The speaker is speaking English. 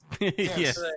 Yes